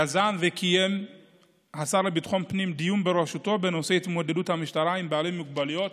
הוא יזם וקיים דיון בראשותו בנושא התמודדות המשטרה עם בעלי מוגבלויות,